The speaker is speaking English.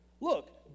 Look